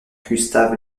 gustav